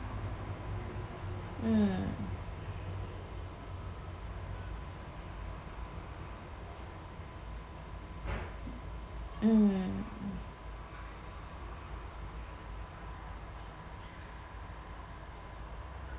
mm mm